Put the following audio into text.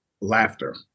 Laughter